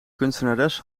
kunstenares